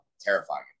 Terrifying